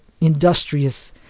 industrious